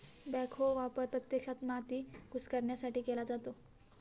backhoe वापर प्रत्यक्षात माती कुस्करण्यासाठी केला जातो